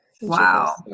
Wow